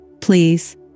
Please